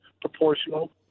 proportional